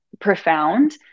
profound